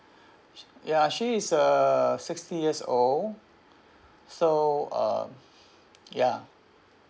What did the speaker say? ya she is uh sixty years old so uh ya